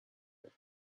that